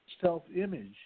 self-image